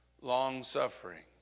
Long-suffering